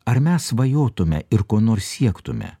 ar mes svajotume ir ko nors siektume